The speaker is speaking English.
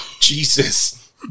Jesus